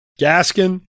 Gaskin